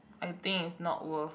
I think is not worth